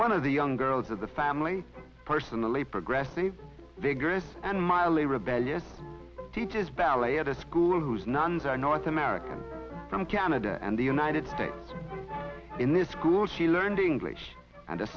one of the young girls of the family personally progressive vigorous and mildly rebellious teaches ballet at a school whose nuns are north american from canada and the united in this school she learned english and a